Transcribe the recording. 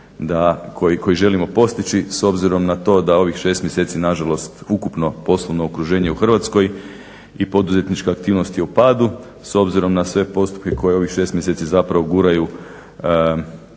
koji želimo postići s obzirom na to da ovih 6 mjeseci na žalost ukupno poslovno okruženje u Hrvatskoj i poduzetnička aktivnost je u padu s obzirom na sve postupke koje u ovih šest mjeseci zapravo guraju poslovni